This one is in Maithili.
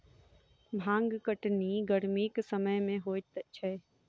भांग कटनी गरमीक समय मे होइत छै